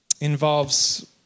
involves